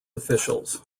officials